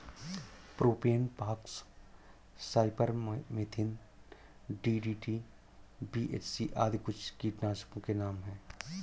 propane fox, cypermethrin, DDT, BHC आदि कुछ कीटनाशकों के नाम हैं